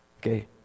Okay